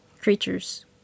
creatures